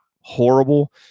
horrible